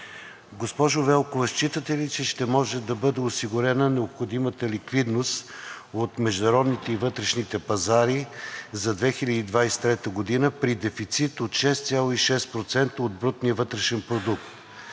Госпожо Велкова, считате ли, че ще може да бъде осигурена необходимата ликвидност от международните и вътрешните пазари за 2023 г. при дефицит от 6,6% от брутния вътрешен продукт?